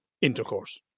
intercourse